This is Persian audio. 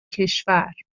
کشور